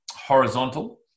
horizontal